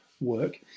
work